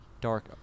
Dark